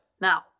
Now